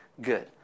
good